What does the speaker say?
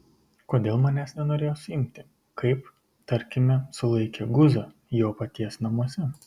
kodėl manęs nenorėjo suimti kaip tarkime sulaikė guzą jo paties namuose